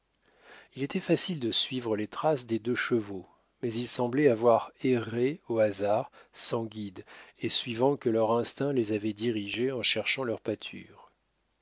il était facile de suivre les traces des deux chevaux mais ils semblaient avoir erré au hasard sans guides et suivant que leur instinct les avait dirigés en cherchant leur pâture